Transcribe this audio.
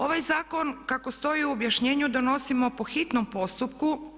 Ovaj zakon kako stoji u objašnjenju donosimo po hitnom postupku.